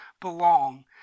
belong